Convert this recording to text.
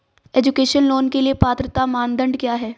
Education loan के लिए पात्रता मानदंड क्या है?